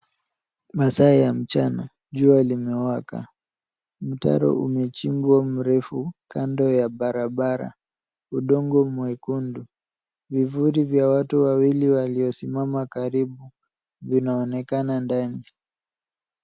Masaa ya mchana jua limewaka, mtaro umechiimbwa mrefu kando ya barabara. Udongo mwekundu. Vivuli vya watu wawili waliosimama karibu vinaonekana ndani.